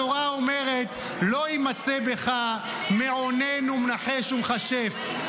התורה אומרת: "לא ימצא בך --- מעונן ומנחש ומכשף".